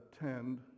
attend